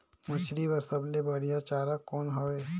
मछरी बर सबले बढ़िया चारा कौन हवय?